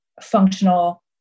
functional